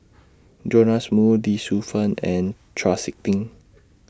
Jonas Moo Lee Shu Fen and Chau Sik Ting